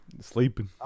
Sleeping